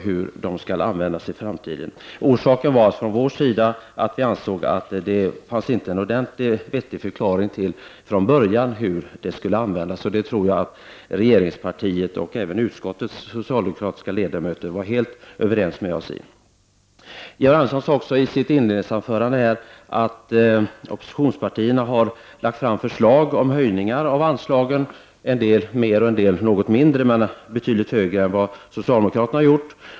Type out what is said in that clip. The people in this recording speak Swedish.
Från vår sida anser vi att det inte funnits någon vettig förklaring från början till hur pengarna skulle användas, och det tror jag att regeringen och även utskottets socialdemokratiska ledamöter var helt överens med oss om. Georg Andersson sade också i sitt inledningsanförande här att oppositionspartierna har lagt fram förslag om höjningar av anslagen, en del mer och en del något mindre, men betydligt högre än vad socialdemokraterna har gjort.